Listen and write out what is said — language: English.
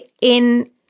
in-